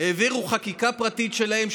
והעבירו חקיקה פרטית שלהם,